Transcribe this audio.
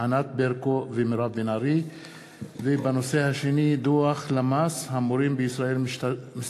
ענת ברקו ומירב בן ארי בנושא: ציון מאה שנים לרצח העם הארמני,